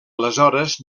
aleshores